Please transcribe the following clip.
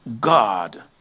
God